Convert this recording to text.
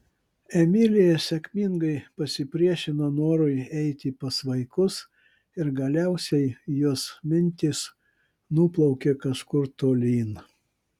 emilija sėkmingai pasipriešino norui eiti pas vaikus ir galiausiai jos mintys nuplaukė kažkur tolyn